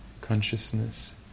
consciousness